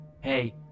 Hey